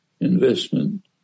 investment